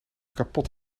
kapot